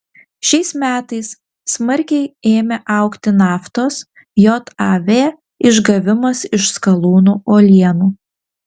šiais metais smarkiai ėmė augti naftos jav išgavimas iš skalūnų uolienų